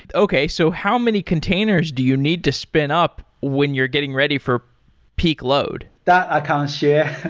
and okay. so how many containers do you need to spin up when you're getting ready for peak load? that i can't share.